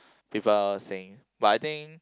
people saying but I think